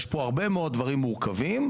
יש פה הרבה מאוד דברים מורכבים,